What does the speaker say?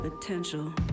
potential